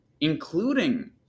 including